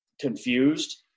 confused